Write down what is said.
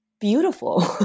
beautiful